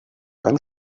beim